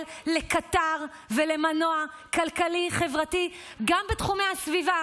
לקטר ולמנוע כלכלי-חברתי גם בתחומי הסביבה,